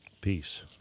Peace